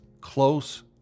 close